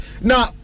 Now